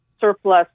surplus